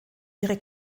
ihre